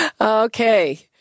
Okay